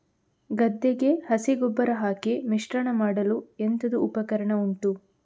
ಗದ್ದೆಗೆ ಹಸಿ ಗೊಬ್ಬರ ಹಾಕಿ ಮಿಶ್ರಣ ಮಾಡಲು ಎಂತದು ಉಪಕರಣ ಉಂಟು?